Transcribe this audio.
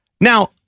Now